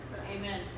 Amen